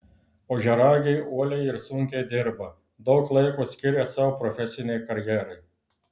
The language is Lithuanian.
ožiaragiai uoliai ir sunkiai dirba daug laiko skiria savo profesinei karjerai